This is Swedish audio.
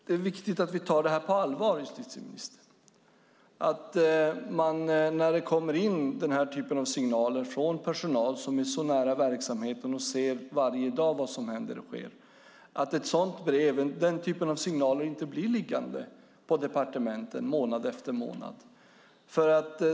Det är viktigt att vi tar detta på allvar, justitieministern, och att brev med denna typ av signaler som kommer från personal som är så nära verksamheten och som varje dag ser vad som händer inte blir liggande på departementen månad efter månad.